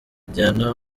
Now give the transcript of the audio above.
diana